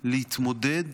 להתמודד